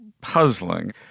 puzzling